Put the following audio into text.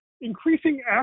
increasing